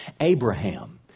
Abraham